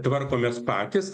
tvarkomės patys